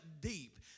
deep